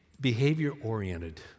behavior-oriented